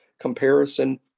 comparison